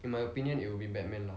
in my opinion it will be batman lah